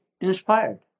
inspired